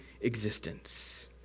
existence